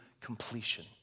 completion